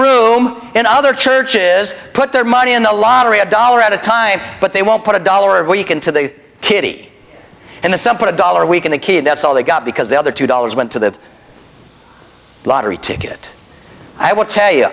room and other church is put their money in the lottery a dollar at a time but they won't put a dollar a week into the kitty and the son put a dollar a week in the kid that's all they got because the other two dollars went to the lottery ticket i will tell you